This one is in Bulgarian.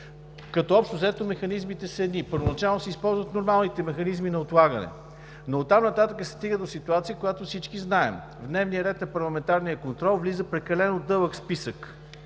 Общо взето механизмите са едни: първоначално се използват нормалните механизми на отлагане. Оттам нататък се стига до ситуация, която всички знаем. В дневния ред на парламентарния контрол влиза прекалено дълъг списък